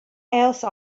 else